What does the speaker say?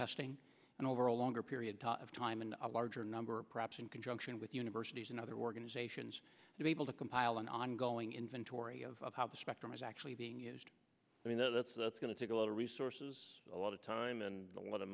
testing and over a longer period of time and a larger number perhaps in conjunction with universities and other organizations to be able to compile an ongoing inventory of how the spectrum is actually being used i mean that's that's going to take a lot of resources a lot of time and a lot of